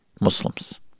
Muslims